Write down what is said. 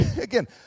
again